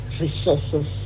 resources